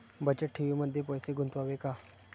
बचत ठेवीमध्ये पैसे गुंतवावे का?